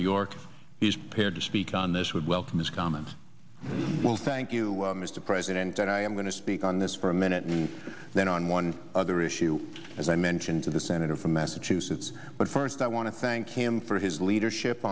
ed york he's paired to speak on this would welcome his comments well thank you mr president and i am going to speak on this for a minute then on one other issue as i mentioned to the senator from massachusetts but first i want to thank him for his leadership